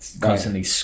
constantly